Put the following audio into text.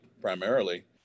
primarily